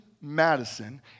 Madison